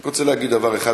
אני רק רוצה להגיד דבר אחד,